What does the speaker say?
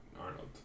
Arnold